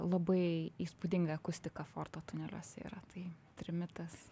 labai įspūdinga akustika forto tuneliuose yra tai trimitas